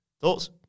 Thoughts